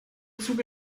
züge